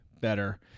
better